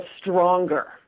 stronger